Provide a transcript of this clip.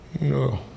No